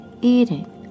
eating